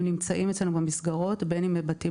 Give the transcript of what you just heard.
הם נמצאים אצלנו במסגרות בין אם בבתים